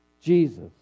Jesus